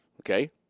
okay